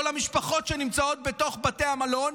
לא למשפחות שנמצאות בתוך בתי המלון.